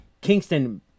Kingston